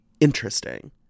interesting